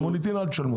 על זה אל תשלמו.